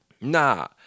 Nah